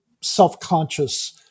self-conscious